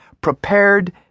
prepared